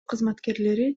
кызматкерлери